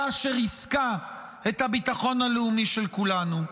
שריסקה את הביטחון הלאומי של כולנו.